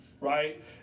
right